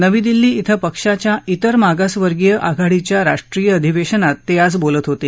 नवी दिल्ली क्वे पक्षांच्या तेर मागासवर्गीय आघाडीच्या राष्ट्रीय अधिवेशनात ते आज बोलत होते